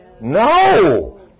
No